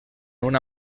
una